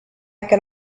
can